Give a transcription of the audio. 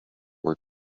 were